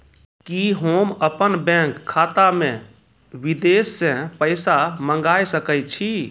कि होम अपन बैंक खाता मे विदेश से पैसा मंगाय सकै छी?